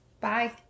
Bye